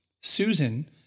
Susan